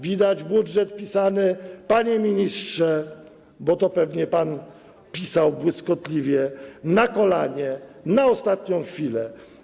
Widać budżet pisany, panie ministrze, bo to pewnie pan tak pisał błyskotliwie, na kolanie, na ostatnią chwilę.